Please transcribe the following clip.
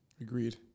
Agreed